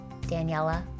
Daniela